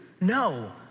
No